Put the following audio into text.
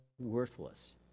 worthless